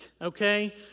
Okay